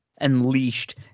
unleashed